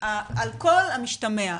על כל המשתמע,